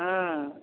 ம்